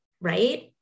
right